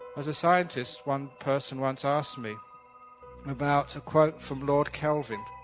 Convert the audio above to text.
as a scientist, one person once asked me about a quote from lord kelvin,